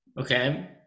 Okay